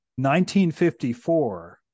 1954